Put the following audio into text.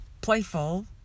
playful